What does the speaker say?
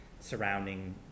Surrounding